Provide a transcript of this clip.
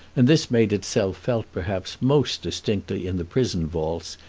and this made itself felt perhaps most distinctly in the prison vaults,